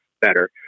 better